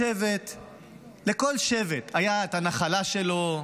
לכל שבט הייתה הנחלה שלו,